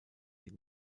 den